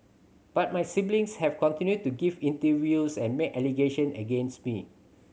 but my siblings have continued to give interviews and make allegation against me